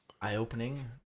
eye-opening